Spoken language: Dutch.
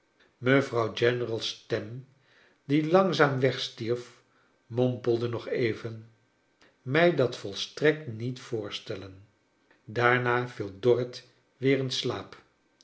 mevrouw general's stem die langzaam wegstierf mompelde nog even mij dat volstrekt niet voorstellen daarna viel dorrit weer in slaap